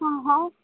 હા હા